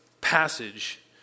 passage